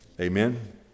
Amen